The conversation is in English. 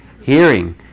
Hearing